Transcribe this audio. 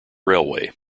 railway